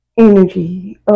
energy